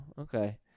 okay